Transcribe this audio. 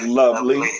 lovely